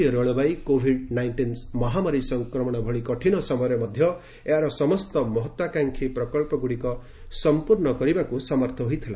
ଭାରତୀୟ ରେଳବାଇ covid nineteen ମହାମାରୀ ସଂକ୍ରମଣ ଭଳି କଠିନ ସମୟରେ ମଧ୍ୟ ଏହାର ସମସ୍ତ ମହତାକାଂକ୍ଷୀ ପ୍ରକଳ୍ପଗୁଡିକ ସମ୍ପୂର୍ଣ୍ଣ କରିବାକୁ ସମର୍ଥ ହୋଇଥିଲା